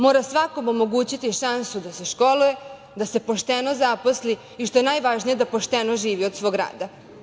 Mora svakom omogućiti šansu da se školuje, da se pošteno zaposli i što je najvažnije, da pošteno živi od svog rada.